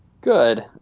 Good